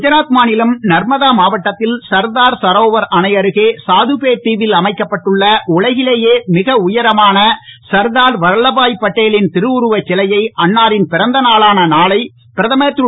குஜராத் மாநிலம் நர்மதா மாவட்டத்தில் சர்தார் சரோவர் அணை அருகே சாதுபேட் தீவில் அமைக்கப்பட்டுள்ள உலகிலேயே மிக உயரமான சர்தார் வல்லப்பாய் பட்டேலின் திருஉருவச் சிலையை அன்னாரின் பிறந்த நாளான நாளை பிரதமர் திரு